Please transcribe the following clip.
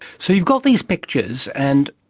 so you've got these pictures, and,